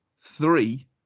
three